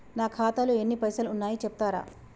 నా ఖాతాలో ఎన్ని పైసలు ఉన్నాయి చెప్తరా?